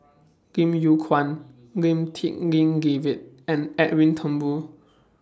Lim Yew Kuan Lim Tik En David and Edwin Thumboo